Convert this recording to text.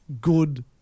good